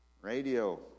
Radio